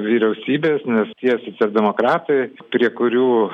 vyriausybės nes tie socialdemokratai prie kurių